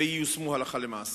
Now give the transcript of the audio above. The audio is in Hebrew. וייושמו הלכה למעשה.